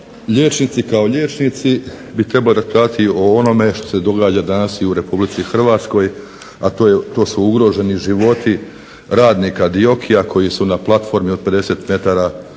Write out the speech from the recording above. liječnici kao liječnici bi trebali raspravljati i o onome što se događa danas i u Republici Hrvatskoj, a to su ugroženi životi radnika DIOKI-a koji su na platformi od 50 metara ovdje,